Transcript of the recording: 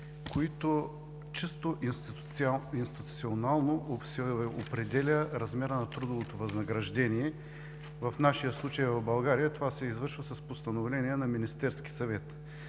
които институционално определят размера на трудовото възнаграждение. В нашия случай в България това се извършва с постановление на Министерския съвет,